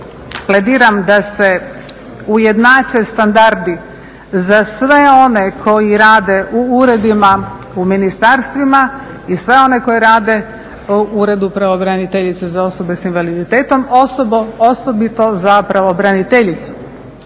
plediram da se ujednače standardi za sve one koji rade u uredima u ministarstvima i sve one koji rade u uredu pravobraniteljice za osobe s invaliditetom, osobito za pravobraniteljicu